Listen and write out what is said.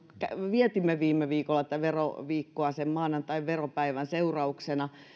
vietimme viime viikolla veroviikkoa maanantain veropäivän seurauksena että